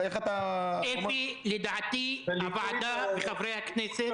איך אתה --- לדעתי הוועדה וחברי הכנסת,